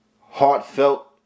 heartfelt